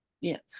yes